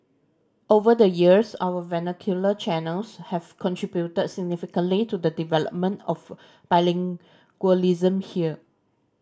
over the years our vernacular channels have contributed significantly to the development of bilingualism here